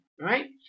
right